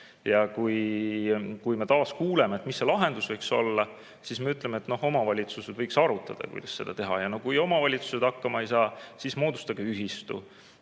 Ja me taas [mõtleme], mis see lahendus võiks olla, ja ütleme, et omavalitsused võiks arutada, kuidas seda teha, kui omavalitsused hakkama ei saa, siis moodustage ühistu.